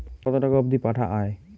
কতো টাকা অবধি পাঠা য়ায়?